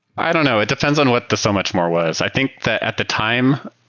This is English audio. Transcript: i don't know. it depends on what the so much more was. i think that at the time,